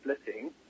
splitting